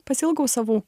pasiilgau savų